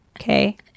Okay